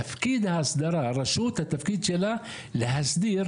תפקיד ההסדרה, הרשות, התפקיד שלה להסדיר.